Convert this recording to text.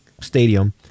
stadium